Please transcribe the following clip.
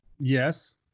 Yes